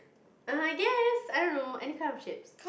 err I guess I don't know any kind if chips